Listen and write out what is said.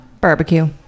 barbecue